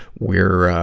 we're, ah,